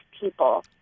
people